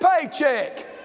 paycheck